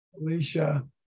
Alicia